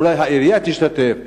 אולי העירייה תשתתף.